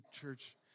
church